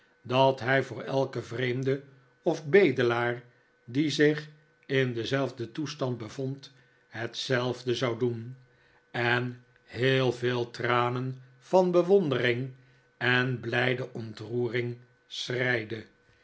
dat hij voor elken vreemde of bedelaar die zich in denzelfden toestand bevond hetzelfde zou doen en heel veel tranen van bewondering en blijde ontroering